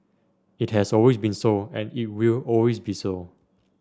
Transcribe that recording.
it has always been so and it will always be so